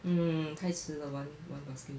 hmm 太迟了玩玩 basketball